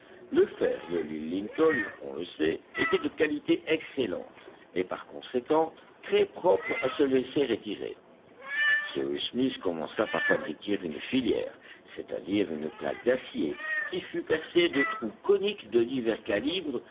le fer de l'île lincoln on le sait était de qualité excellente et par conséquent très propre à se laisser étirer cyrus smith commença par fabriquer une filière c'est-à-dire une plaque d'acier qui fut percée de trous coniques de divers calibres